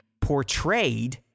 portrayed